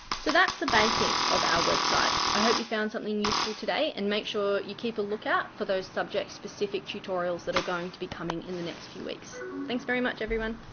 so that's the basics of our website. i hope you found something useful today and make sure you keep a lookout for those subjects specific tutorials that are going to be coming in the next few weeks. thanks very much everyone.